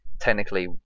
technically